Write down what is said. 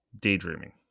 daydreaming